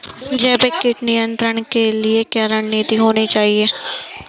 जैविक कीट नियंत्रण के लिए क्या रणनीतियां होनी चाहिए?